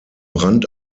rand